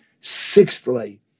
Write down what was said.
Sixthly